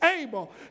able